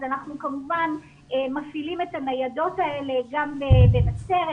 אז אנחנו כמובן מפעילים את הניידות האלה גם בנצרת,